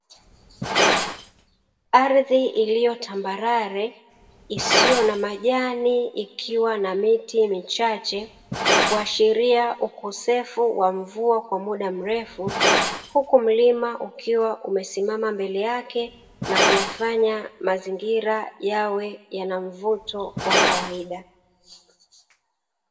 Ardhi iliyo tambarale isiyo na majani ikiwa na miti michache, kuashiria ukosefu wa mvua kwa muda mrefu huku mlimwa ukiwa umesimama mbele yake na kuyafanya mazingira yawe yana mvuto wa kawaida.